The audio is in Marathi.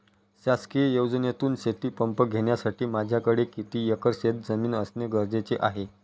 शासकीय योजनेतून शेतीपंप घेण्यासाठी माझ्याकडे किती एकर शेतजमीन असणे गरजेचे आहे?